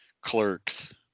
clerks